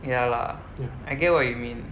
ya lah I get what you mean